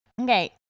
Okay